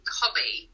hobby